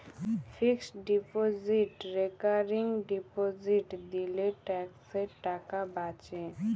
fixed deposit recurring deposit দিলে ট্যাক্সের টাকা বাঁচে